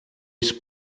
isso